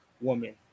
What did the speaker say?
woman